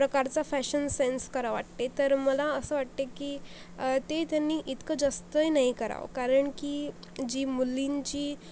प्रकारचा fashion sense करा वाटते तर मला असं वाटते की ते त्यांनी इतकं जास्तही नाही करावं कारण की जी मुलींची